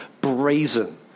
brazen